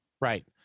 Right